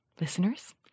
Listeners